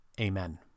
Amen